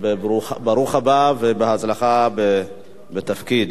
בברוך הבא ובהצלחה בתפקיד.